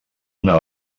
una